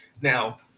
Now